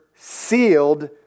sealed